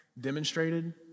demonstrated